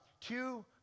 two